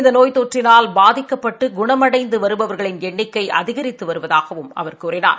இந்த நோய் தொற்றினால் பாதிக்கப்பட்டு குணமடைந்து வருபவர்களின் எண்ணிக்கை அதிகரித்து வருவதாகவும் அவர் கூறினார்